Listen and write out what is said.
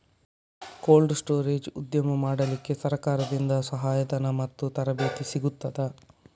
Cold storage ಉದ್ಯಮ ಮಾಡಲಿಕ್ಕೆ ಸರಕಾರದಿಂದ ಸಹಾಯ ಧನ ಮತ್ತು ತರಬೇತಿ ಸಿಗುತ್ತದಾ?